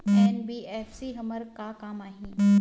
NBFC हमर का काम आही?